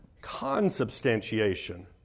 consubstantiation